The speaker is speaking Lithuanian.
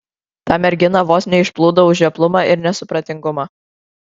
tą merginą vos neišplūdau už žioplumą ir nesupratingumą